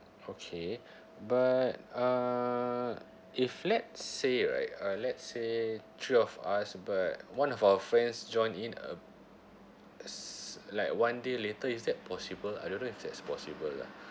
okay but uh if let's say right uh let's say three of us but one of our friends joined in uh like one day later is that possible I don't know if that's possible lah